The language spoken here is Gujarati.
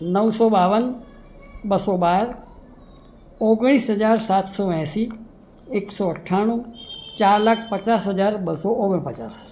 નવસો બાવન બસો બાર ઓગણીસ હજાર સાતસો એંસી એકસો અઠ્ઠાણું ચાર લાખ પચાસ હજાર બસો ઓગણપચાસ